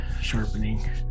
sharpening